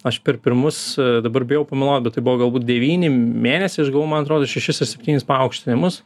aš per pirmus dabar bijau pameluot bet tai buvo galbūt devyni mėnesiai aš gavau man atrodo šešis ar septynis paaukštinimus